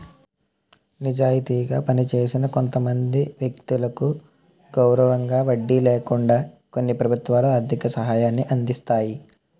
నిజాయితీగా పనిచేసిన కొంతమంది వ్యక్తులకు గౌరవంగా వడ్డీ లేకుండా కొన్ని ప్రభుత్వాలు ఆర్థిక సహాయాన్ని అందిస్తాయి